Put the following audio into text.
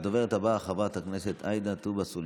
הדוברת הבאה, חברת הכנסת עאידה תומא סלימאן.